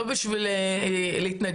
לא בשביל להתנגח,